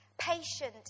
Patient